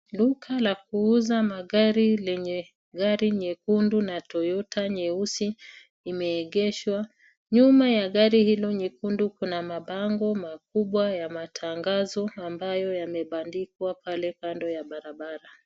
Duka la kuuza magari lenye gari nyekundu na Toyota nyeusi imeegeshwa. Nyuma ya gari hilo nyekundu kuna mabango makubwa ya matangazo ambayo yamebandikwa pale kando ya barabara.